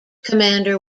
commander